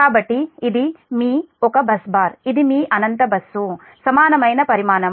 కాబట్టి ఇది మీ ఒక బస్ బార్ ఇది మీ అనంతమైన బస్సు సమానమైన పరిమాణం